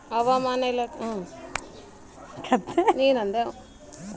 ಹವಮಾನ ಇಲಾಖೆ ಮಳೆ ಬರುವ ಮುನ್ಸೂಚನೆ ಮತ್ತು ಮಳೆ ಬರುವ ಸೂಚನೆ ಸಿಗುತ್ತದೆ ಏನ್ರಿ?